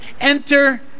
Enter